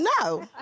No